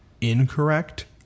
incorrect